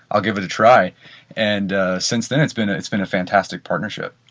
ah give it a try and since then it's been ah it's been a fantastic partnership